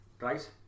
right